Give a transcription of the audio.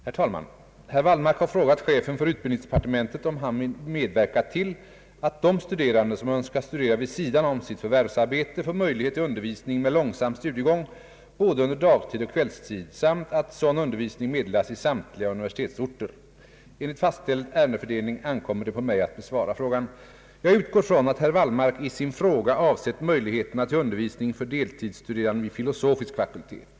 Herr talman! Herr Wallmark har frågat chefen för utbildningsdepartementet om han vill medverka till att de studerande som önskar studera vid sidan om sitt förvärvsarbete får möjlighet till undervisning med långsam studiegång både under dagtid och kvällstid samt att sådan undervisning meddelas i samtliga universitetsorter. Enligt fastställd ärendefördelning ankommer det på mig att besvara frågan. Jag utgår från att herr Wallmark i sin fråga avsett möjligheterna till undervisning för deltidsstuderande vid filosofisk fakultet.